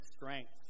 strength